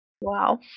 Wow